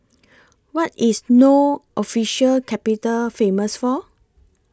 What IS No Official Capital Famous For